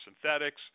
synthetics